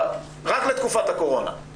רק לתקופת הקורונה.